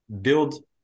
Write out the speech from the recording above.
Build